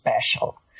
special